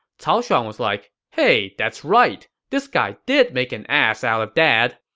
cao shuang was like, hey, that's right! this guy did make an ass out of dad.